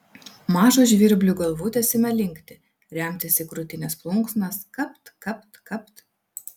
mažos žvirblių galvutės ima linkti remtis į krūtinės plunksnas kapt kapt kapt